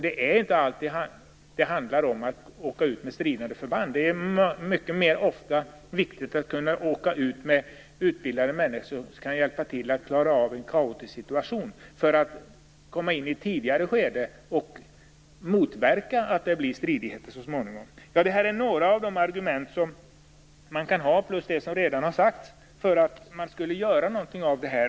Det handlar inte alltid om att åka ut med stridande förband, utan det är oftare viktigt att det finns utbildade människor som kan hjälpa till att klara av en kaotisk situation. Genom att komma in i ett tidigare skede kan man motverka att det uppstår stridigheter så småningom. Det här är några argument, utöver dem som redan har nämnts, som talar för det här.